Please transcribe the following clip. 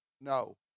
no